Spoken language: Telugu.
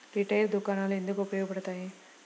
రిటైల్ దుకాణాలు ఎందుకు ఉపయోగ పడతాయి?